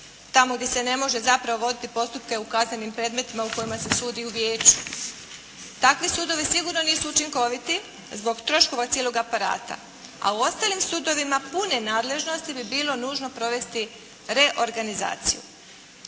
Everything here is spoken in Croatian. tamo gdje se ne može zapravo voditi postupke u kaznenim predmetima u kojima se sudi u Vijeću. Takvi sudovi sigurno nisu učinkoviti zbog troškova cijelog aparata. A u ostalim sudovima pune nadležnosti bi bilo nužno provesti reorganizaciju.